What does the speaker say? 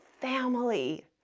family